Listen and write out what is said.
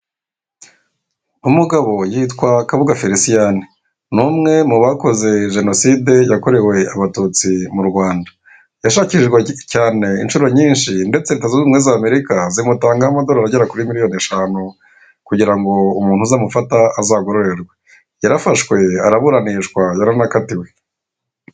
Umugabo yitwa Kabuga Felesiyani, n'umwe mu bakoze jenoside yakorewe abatutsi mu Rwanda. Yashakishijwe cyane inshuro nyinshi ndetse leta zunze ubumwe za Amerika zimutangaho amadorari agera kuri miliyoni eshanu, kugirango umuntu uzamufata azagororerwe. Yarafashwe, araburanishwa, yaranakatiwe.